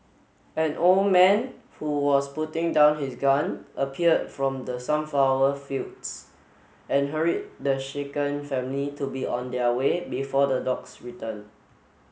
an old man who was putting down his gun appeared from the sunflower fields and hurried the shaken family to be on their way before the dogs return